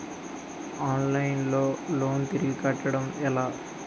Online లో loan తిరిగి కట్టడం ఎలా?